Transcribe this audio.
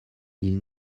ils